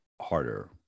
harder